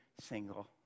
Single